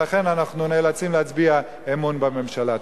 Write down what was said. ולכן אנחנו נאלצים להצביע אמון בממשלה.